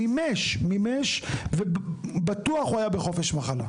מימש ובטוח הוא היה בחופש מחלה.